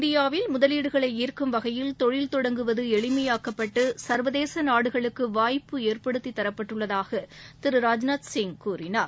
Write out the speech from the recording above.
இந்தியாவில் முதலீடுகளை ஈர்க்கும் வகையில் தொழில் தொடங்குவது எளிமையாக்கப்பட்டு சர்வதேச நாடுகளுக்கு வாய்ப்பு ஏற்படுத்தி தரப்பட்டுள்ளதாக திரு ராஜ்நாத்சிங் கூறினார்